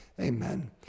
Amen